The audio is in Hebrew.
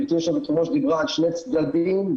דיברו על שני צדדים,